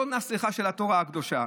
לא נס ליחה של התורה הקדושה,